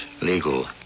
legal